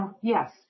Yes